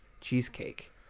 cheesecake